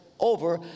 over